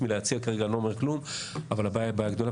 כרגע אני לא אומר כלום אבל הבעיה היא בעיה גדולה.